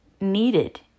needed